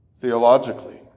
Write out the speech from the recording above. theologically